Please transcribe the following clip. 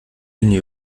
linie